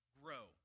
grow